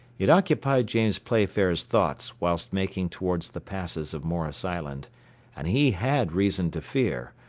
it occupied james playfair's thoughts whilst making towards the passes of morris island and he had reason to fear,